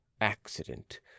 accident